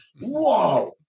Whoa